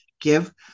Give